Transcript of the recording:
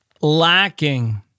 lacking